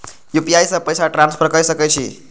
UPI से पैसा transfer की सके छी?